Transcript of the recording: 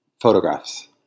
photographs